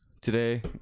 Today